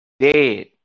Dead